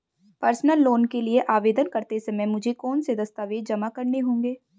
Personal loan के लिए आवेदन करते समय मुझे कौन से दस्तावेज़ जमा करने होंगे?